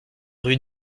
rue